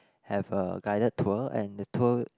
have a guided tour and the tour